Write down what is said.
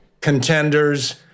contenders